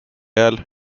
ajal